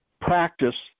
practice